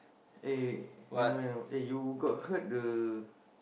eh never mind ah you got heard the